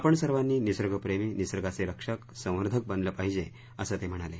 आपण सर्वांनी निसर्ग प्रेमी निसर्गाचे रक्षक संवर्धक बनलं पाहिजे असं ते म्हणाले